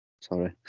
Sorry